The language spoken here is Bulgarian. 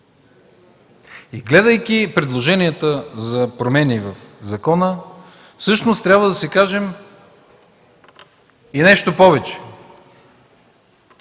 Гледайки предложенията за промени в закона всъщност трябва да си кажем и нещо повече.